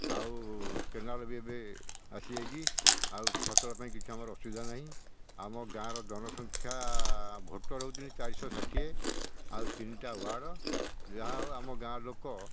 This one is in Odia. ଆଉ କେନାଲ୍ ବି ଏବେ ଆସିଯାଇଛି ଆଉ ଫସଲ ପାଇଁ କିଛି ଆମର ଅସୁବିଧା ନାହିଁ ଆମ ଗାଁର ଜନସଂଖ୍ୟା ଭୋଟର୍ ହେଉଛନ୍ତି ଚାରିଶହ ଷାଠିଏ ଆଉ ତିନିଟା ୱାର୍ଡ଼୍ ଯାହା ହେଉ ଆମ ଗାଁ ଲୋକ